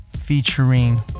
featuring